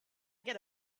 get